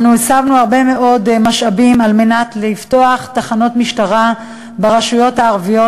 אנו הסבנו הרבה מאוד משאבים על מנת לפתוח תחנות משטרה ברשויות הערביות,